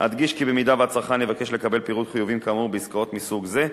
אדגיש כי במידה שהצרכן יבקש לקבל פירוט חיובים כאמור בעסקאות מסוג זה,